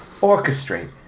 orchestrate